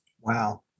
Wow